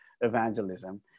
evangelism